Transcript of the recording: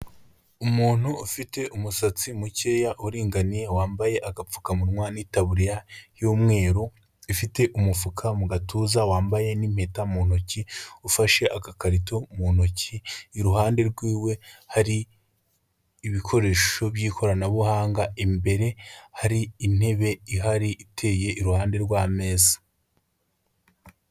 Umuntu ufite umusatsi mukeya uringaniye wambaye agapfukamunwa n'itaburiya y'umweru ifite umufuka mu gatuza, wambaye n'impeta mu ntoki, ufashe agakarito mu ntoki, iruhande rwiwe hari ibikoresho by'ikoranabuhanga, imbere hari intebe ihari iteye iruhande rw'ameza.